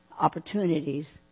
opportunities